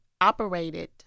operated